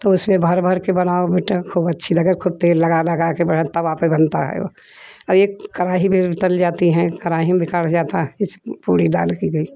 तो उस में भर भर के बनाओ बेटा ख़ूब अच्छी लगे ख़ूब तेल लगा लगा कर बड़े तवा पर बनता है वो और एक कढ़ाई में तल जाती हैं कढ़ाई में तल जाता है इस पूरी दाल की भाई